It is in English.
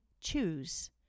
choose